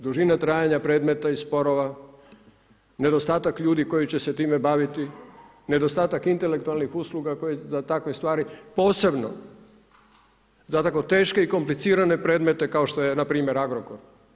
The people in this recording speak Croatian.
Dužina trajanja predmeta i sporova, nedostatak ljudi koji će se time baviti, nedostatak intelektualnih usluge koje za takve stvari, posebno za tako teške i komplicirane predmete kao što je npr. Agrokor.